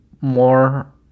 more